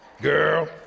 girl